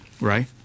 right